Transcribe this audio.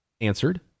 answered